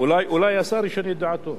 אולי השר ישנה את דעתו.